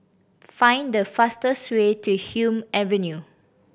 find the fastest way to Hume Avenue